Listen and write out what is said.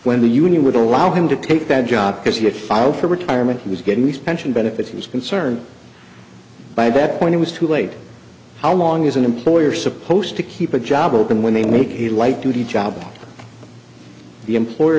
when the union would allow him to take that job because he had filed for retirement and was getting these pension benefits he was concerned by that point it was too late how long is an employer supposed to keep a job open when they make a light duty job of the employer